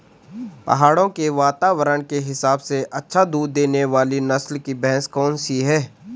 पहाड़ों के वातावरण के हिसाब से अच्छा दूध देने वाली नस्ल की भैंस कौन सी हैं?